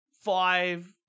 five